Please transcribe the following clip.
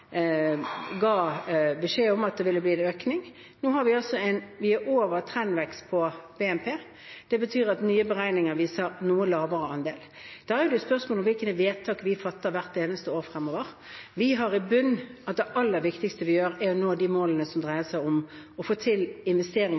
ga beskjed om at det ville bli en økning. Nå er vi over trendveksten for BNP. Det betyr at nye beregninger viser en noe lavere andel. Da er det jo et spørsmål om hvilke vedtak vi fatter hvert eneste år fremover. Vi har i bunnen at det aller viktigste vi gjør, er å nå de målene som dreier seg om å få til